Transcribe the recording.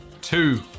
two